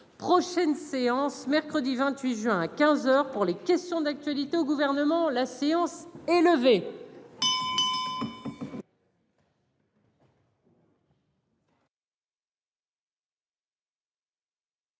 Prochaine séance mercredi 28 juin à 15h pour les questions d'actualité au gouvernement. La séance est levée.